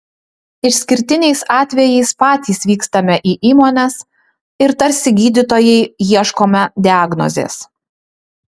išskirtiniais atvejais patys vykstame į įmones ir tarsi gydytojai ieškome diagnozės